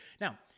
Now